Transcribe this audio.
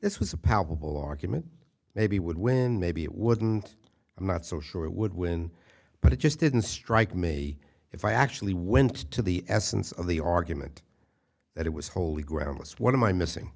this was a palpable argument maybe would win maybe it wouldn't i'm not so sure it would win but it just didn't strike me if i actually went to the essence of the argument that it was wholly groundless what am i missing